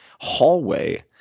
Hallway